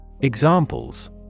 Examples